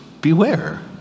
beware